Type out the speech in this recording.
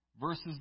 versus